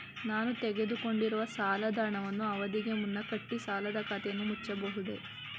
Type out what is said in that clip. ನಾನು ತೆಗೆದುಕೊಂಡಿರುವ ಸಾಲದ ಹಣವನ್ನು ಅವಧಿಗೆ ಮುನ್ನ ಕಟ್ಟಿ ಸಾಲದ ಖಾತೆಯನ್ನು ಮುಚ್ಚಬಹುದೇ?